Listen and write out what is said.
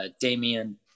Damian